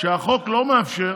שהחוק לא מאפשר